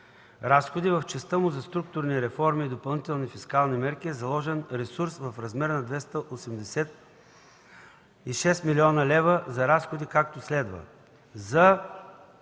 разходи, в частта му за структурни реформи и допълнителни фискални мерки е заложен ресурс в общ размер 286 млн. лв. за разходи, както следва: